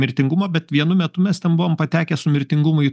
mirtingumo bet vienu metu mes ten buvom patekę su mirtingumu į